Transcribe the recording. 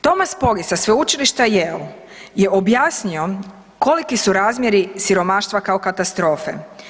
Thomas Pogge je sa Sveučilišta Yale je objasnio koliki su razmjeri siromaštva kao katastrofe.